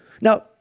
Now